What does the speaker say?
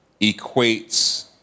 equates